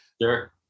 Sure